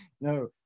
No